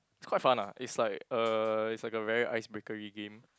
it's quite fun ah it's like uh it's like a very icebreakery game